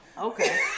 Okay